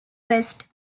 west